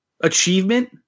achievement